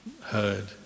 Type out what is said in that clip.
heard